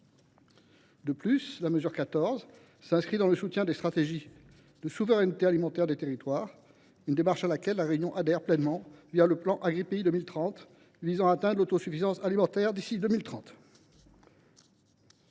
De plus, la mesure 14 s’inscrit dans le soutien des stratégies de souveraineté alimentaire des territoires, démarche à laquelle La Réunion adhère pleinement le plan AgriPéi 2030, qui vise à atteindre l’autosuffisance alimentaire d’ici à 2030.